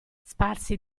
sparsi